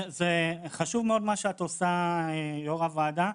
חשוב מאוד מה שאת עושה יושבת-ראש הוועדה,